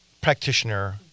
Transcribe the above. practitioner